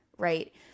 Right